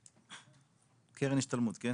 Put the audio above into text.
כן.